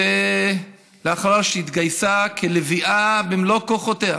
לאחר שהתגייסה כלביאה במלוא כוחותיה